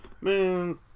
Man